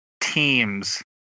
teams